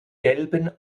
gelben